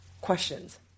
questions